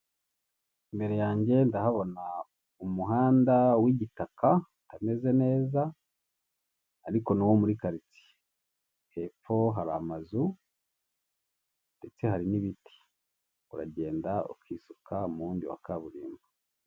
Imbere yanjye ndahabona umuhanda w'igitaka utameze neza, ariko ni uwo muri karitsiye, hepfo hari amazu ndetse hari n'ibiti uragenda ukisuka mu wundi wa kaburimbo.